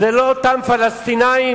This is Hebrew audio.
לא אותם פלסטינים